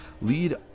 lead